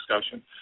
discussion